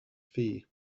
fee